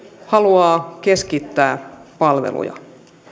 haluaa keskittää palveluja